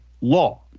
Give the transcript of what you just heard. law